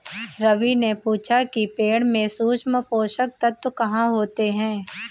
रवि ने पूछा कि पेड़ में सूक्ष्म पोषक तत्व कहाँ होते हैं?